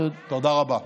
תודה רבה.